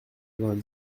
vingt